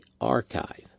Archive